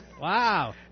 Wow